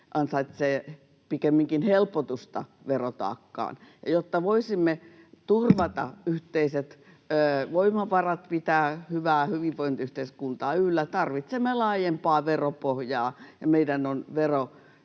pikemminkin helpotusta verotaakkaan. Jotta voisimme turvata yhteiset voimavarat ja pitää hyvää hyvinvointiyhteiskuntaa yllä, tarvitsemme laajempaa veropohjaa ja meidän on